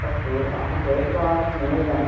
अस्तु अहं प्रेषितवान् अस्मि इदानीं